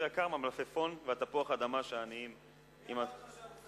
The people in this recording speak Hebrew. יקר מהמלפפון ותפוח האדמה שהעניים קונים.